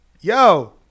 Yo